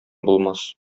булмас